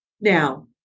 Now